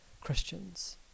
Christians